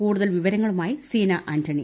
കൂടുതൽ വിവരങ്ങളുമായി സീനാ ആന്റണി